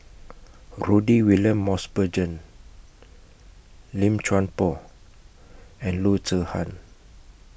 Rudy William Mosbergen Lim Chuan Poh and Loo Zihan